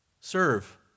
Serve